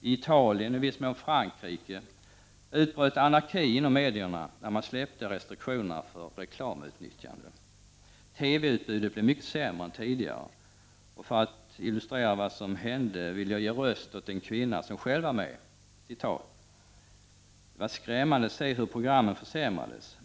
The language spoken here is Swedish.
I Italien och i viss mån Frankrike utbröt anarki inom medierna när man släppte restriktionerna för reklamutnyttjande. TV-utbudet blev mycket sämre än tidigare och för att illustrera vad som hände vill jag ge röst åt en kvinna som själv var med: ”Det var skrämmande att se hur programmen försämrades.